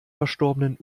verstorbenen